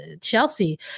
Chelsea